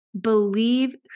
believe